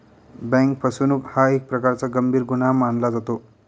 bank फसवणूक हा एक प्रकारचा गंभीर गुन्हा मानला जातो